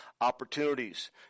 opportunities